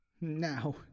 Now